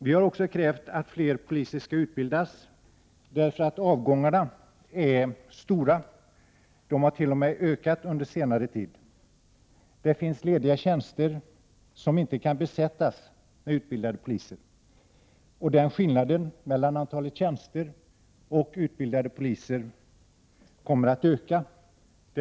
Vi har krävt att fler poliser skall utbildas också därför att avgångarna från polisyrket har varit stora. De har t.o.m. ökat under senare tid. Det finns lediga tjänster som inte kan besättas med utbildade poliser, och man kan vara tämligen säker på att skillnaden mellan antalet tjänster och utbildade poliser kommer att öka.